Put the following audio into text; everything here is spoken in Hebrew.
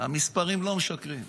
המספרים לא משקרים.